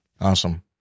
Awesome